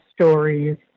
stories